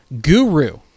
guru